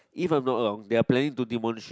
if I'm not wrong they are planning to demolish it